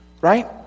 right